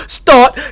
start